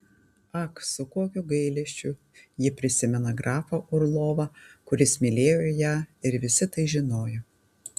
ak su kokiu gailesčiu ji prisimena grafą orlovą kuris mylėjo ją ir visi tai žinojo